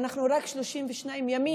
ואנחנו רק 32 ימים,